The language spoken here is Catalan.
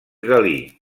galí